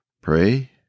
pray